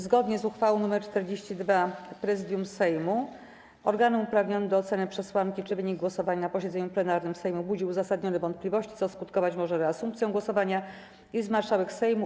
Zgodnie z uchwałą nr 42 Prezydium Sejmu organem uprawnionym do oceny przesłanki, czy wynik głosowania na posiedzeniu plenarnym Sejmu budzi uzasadnione wątpliwości, co skutkować może reasumpcją głosowania, jest marszałek Sejmu.